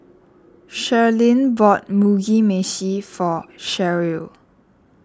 Sherlyn bought Mugi Meshi for Sheryll